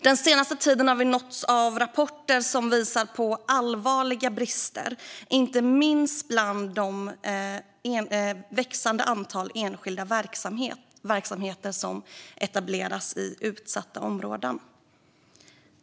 Den senaste tiden har vi nåtts av rapporter som visar på allvarliga brister, inte minst bland det växande antal enskilda verksamheter som etablerats i utsatta områden.